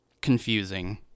confusing